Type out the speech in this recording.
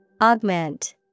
Augment